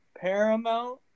paramount